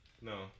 No